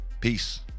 Peace